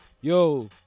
yo